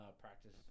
practice